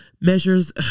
measures